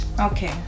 okay